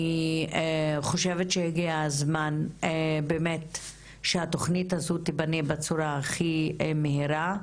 אני חושבת שהגיע הזמן שהתוכנית הזו תיבנה בצורה הכי מהירה,